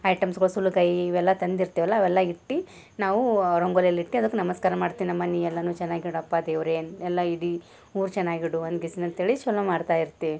ಐಟಮ್ಸ್ಗಳು ಸುಲ್ಲುಕಾಯಿ ಇವೆಲ್ಲ ತಂದಿರ್ತೀವಲ್ಲ ಅವೆಲ್ಲ ಇಟ್ಟು ನಾವು ರಂಗೋಲಿಯಲ್ಲಿ ಇಟ್ಟು ಅದಕ್ಕೆ ನಮಸ್ಕಾರ ಮಾಡ್ತೀವಿ ನಮ್ಮ ಮನೆ ಎಲ್ಲನೂ ಚೆನ್ನಾಗಿ ಇಡಪ್ಪ ದೇವರೇ ಏನೂ ಎಲ್ಲ ಇಡೀ ಊರು ಚೆನ್ನಾಗಿ ಇಡು ಅನ್ಗೇಸಿಂದ ಅಂತ್ಹೇಳಿ ಚಲೋ ಮಾಡ್ತಾ ಇರ್ತೀವಿ